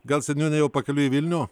gal seniūne jau pakeliui į vilnių